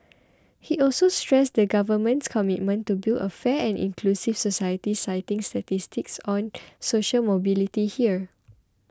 he also stressed the Government's commitment to build a fair and inclusive society citing statistics on social mobility here